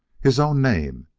his own name!